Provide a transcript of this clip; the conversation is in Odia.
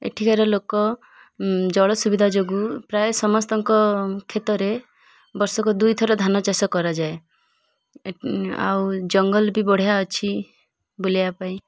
ଏଠିକାର ଲୋକ ଜଳ ସୁବିଧା ଯୋଗୁଁ ପ୍ରାୟ ସମସ୍ତଙ୍କ କ୍ଷେତରେ ବର୍ଷକ ଦୁଇ ଥର ଧାନ ଚାଷ କରାଯାଏ ଆଉ ଜଙ୍ଗଲ ବି ବଢ଼ିଆ ଅଛି ବୁଲିବା ପାଇଁ